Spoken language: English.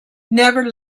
never